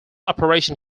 operation